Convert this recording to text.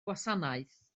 gwasanaeth